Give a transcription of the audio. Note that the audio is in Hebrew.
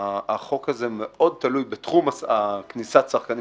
החוק הזה מאוד תלוי - בתחום כניסת שחקנים